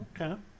Okay